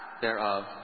thereof